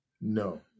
No